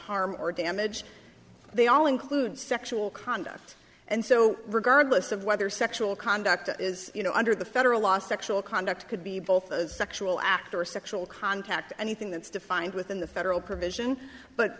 harm or damage they all include sexual conduct and so regardless of whether sexual conduct is you know under the federal law sexual conduct could be both a sexual act or a sexual contact anything that's defined within the federal provision but